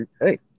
Hey